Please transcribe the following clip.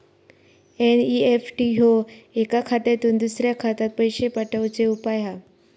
NEFT ह्यो एका खात्यातुन दुसऱ्या खात्यात पैशे पाठवुचो उपाय हा